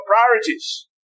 priorities